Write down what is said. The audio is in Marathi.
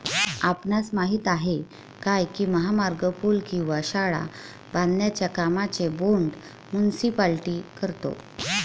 आपणास माहित आहे काय की महामार्ग, पूल किंवा शाळा बांधण्याच्या कामांचे बोंड मुनीसिपालिटी करतो?